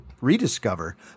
rediscover